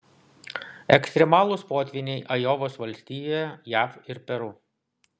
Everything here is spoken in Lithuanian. ekstremalūs potvyniai ajovos valstijoje jav ir peru